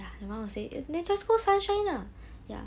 ya your mom will say oh then just go sunshine lah ya